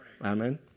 Amen